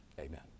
Amen